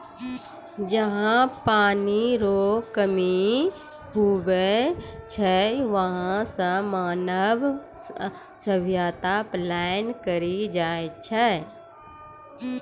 जहा पनी रो कमी हुवै छै वहां से मानव सभ्यता पलायन करी जाय छै